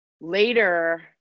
later